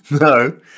No